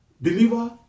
believer